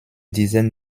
dizaines